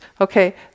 Okay